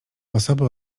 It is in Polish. osoby